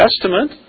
Testament